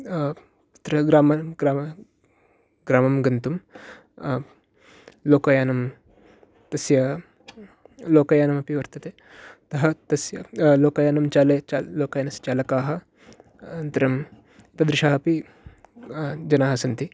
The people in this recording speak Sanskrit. ग्रामन् ग्रामः ग्रामं गन्तुं लोकयानं तस्य लोकयानमपि वर्तते अतः तस्य लोकयानं चालयं लोकयानस्य चालकाः द्रं तादृशाः अपि जनाः सन्ति